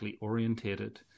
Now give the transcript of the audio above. orientated